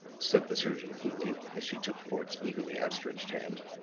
said the surgeon coolly, as she took fort's eagerly outstretched hand.